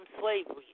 slavery